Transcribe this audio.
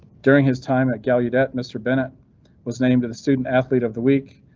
during his time at gallaudet, mr bennett was named the student athlete of the week.